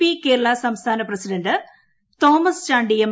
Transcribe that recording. P Kerala സംസ്ഥാന president Thomas Chandy M